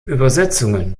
übersetzungen